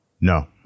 No